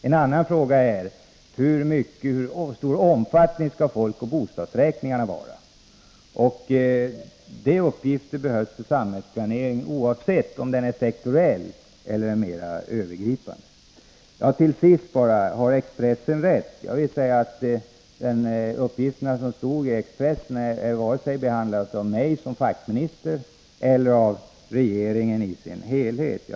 En annan fråga är hur stor omfattning folkoch bostadsräkningarna bör ha. Det handlar om olika uppgifter som behövs för samhällsplaneringen, oavsett om denna är sektoriell eller mera övergripande. Till sist vill jag ta upp frågan om huruvida uppgifterna i Expressen var riktiga. Jag vill säga att uppgifterna inte har behandlats vare sig av mig som fackminister eller av regeringen i dess helhet.